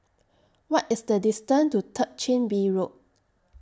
What IS The distance to Third Chin Bee Road